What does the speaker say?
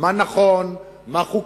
יציג את הדברים, מה נכון, מה חוקי,